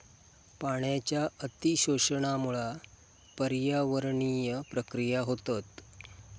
पाण्याच्या अती शोषणामुळा पर्यावरणीय प्रक्रिया होतत